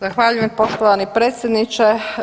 Zahvaljujem poštovani predsjedniče.